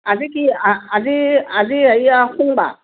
আজি কি আ আজি আজি হেৰিয়া সোমবাৰ